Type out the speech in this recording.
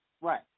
Right